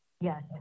Yes